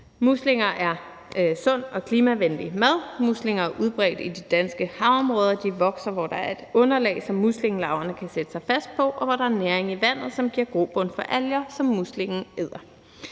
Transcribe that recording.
Muslinger er sund og klimavenlig mad. Muslinger er udbredt i de danske havområder. De vokser, hvor der er et underlag, som muslingelarverne kan sætte sig fast på, og hvor der er næring i vandet, som giver grobund for alger, som muslingen æder.